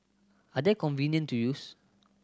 are they convenient to use